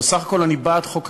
בסך הכול אני בעד חוק הלאום,